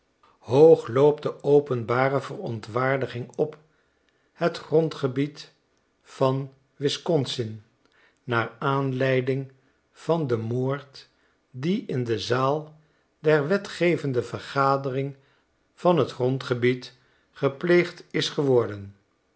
hoog loopt de openbare verontwaardiging op het grondgebied van wisconsin naar aanleiding van den moord die in de zaal der wetgevende vergadering van t grondgebied gepleegd is geworden